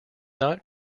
not